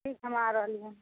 ठीक हइ हम आ रहली हँ